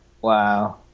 Wow